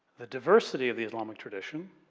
the diversity of the islamic tradition,